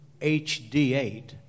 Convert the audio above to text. HD8